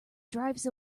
drives